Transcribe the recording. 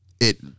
it-